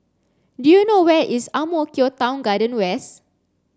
do you know where is Ang Mo Kio Town Garden West